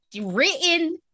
written